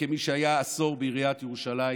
כמי שהיה עשור בעיריית ירושלים,